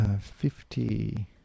Fifty